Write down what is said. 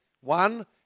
One